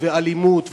אלימות,